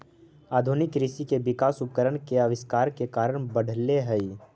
आधुनिक कृषि के विकास उपकरण के आविष्कार के कारण बढ़ले हई